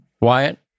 Wyatt